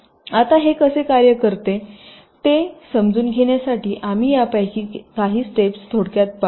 आता हे कसे कार्य करते हे समजून घेण्यासाठी यापैकी काही स्टेप थोडक्यात पाहू या